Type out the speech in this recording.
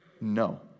No